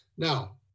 Now